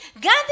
God